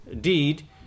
deed